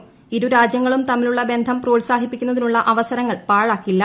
ക്ത്രു രാജ്യങ്ങളും തമ്മിലുള്ള ബന്ധം പ്രോത്സാഹിപ്പിക്കുന്നതിനുള്ള അവസരങ്ങൾ പാഴാക്കില്ല